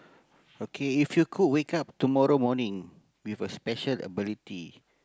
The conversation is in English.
okay if you could wake up tomorrow morning with a special ability